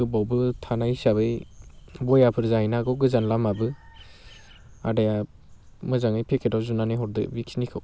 गोबावबो थानाय हिसाबै बेयाफोर जाहैनो हागौ गोजान लामाबो आदाया मोजाङै पेकेटाव जुनानै हरदो बेखिनिखौ